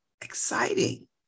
exciting